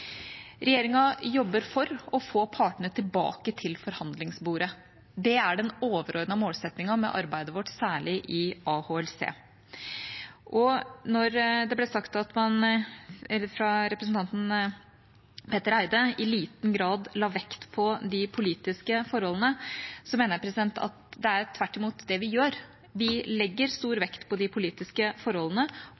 Regjeringa jobber for å få partene tilbake til forhandlingsbordet. Det er den overordnede målsettingen med arbeidet vårt, særlig i AHLC. Det ble sagt fra representanten Petter Eide at man i liten grad la vekt på de politiske forholdene. Jeg mener at det tvert imot er det vi gjør. Vi legger stor